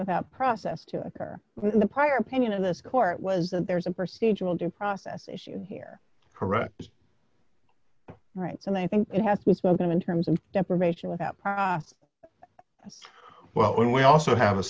without process to occur in the prior opinion of this court was that there's a procedural due process issue here correct right and i think it has been spoken in terms of deprivation without prior well when we also have a